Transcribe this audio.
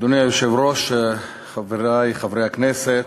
אדוני היושב-ראש, חברי חברי הכנסת,